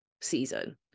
season